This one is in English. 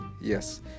yes